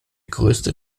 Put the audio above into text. größte